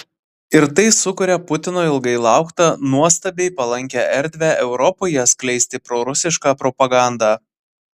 ir tai sukuria putino ilgai lauktą nuostabiai palankią erdvę europoje skleisti prorusišką propagandą